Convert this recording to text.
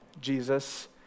Jesus